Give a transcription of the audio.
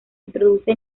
introduce